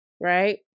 right